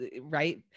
right